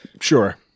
Sure